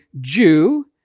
Jew